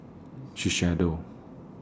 Shiseido